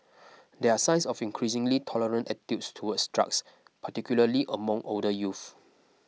there are signs of increasingly tolerant attitudes towards drugs particularly among older youth